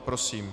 Prosím.